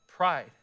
pride